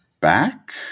back